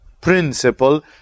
principle